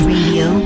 Radio